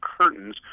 curtains